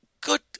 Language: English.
Good